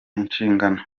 inshingano